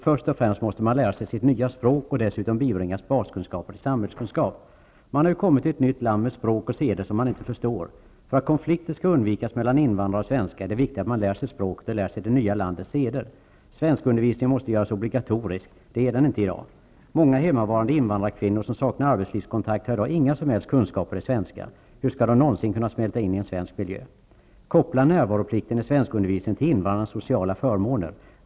Först och främst måste man lära sig sitt nya språk och dessutom bibringas baskunskaper i samhällskunskap. Man har ju kommit till ett nytt land med språk och seder som man inte förstår. För att konflikter mellan invandrare och svenskar skall undvikas är det viktigt att man lär sig språket och det nya landets seder. Svenskundervisningen måste göras obligatorisk. Det är den inte i dag. Många hemmavarande invandrarkvinnor som saknar arbetslivskontakt har i dag inga som helst kunskaper i svenska. Hur skall de någonsin kunna smälta in i svensk miljö? Koppla närvaroplikten i svenskundervisningen till invandrarens sociala förmåner!